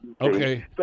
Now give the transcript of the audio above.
okay